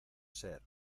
ser